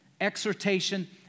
exhortation